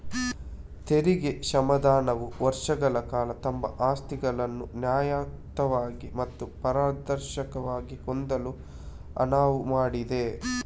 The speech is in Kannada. ತೆರಿಗೆ ಕ್ಷಮಾದಾನವು ವರ್ಷಗಳ ಕಾಲ ತಮ್ಮ ಆಸ್ತಿಗಳನ್ನು ನ್ಯಾಯಯುತವಾಗಿ ಮತ್ತು ಪಾರದರ್ಶಕವಾಗಿ ಹೊಂದಲು ಅನುವು ಮಾಡಿದೆ